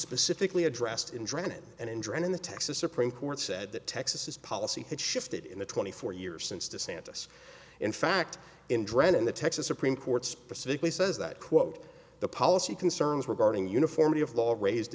specifically addressed in drainage and injury and in the texas supreme court said that texas is policy has shifted in the twenty four years since the santas in fact in dren and the texas supreme court specifically says that quote the policy concerns regarding uniformity of law raised